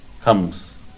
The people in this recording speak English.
comes